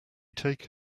take